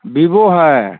बिबो है